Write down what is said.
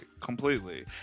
Completely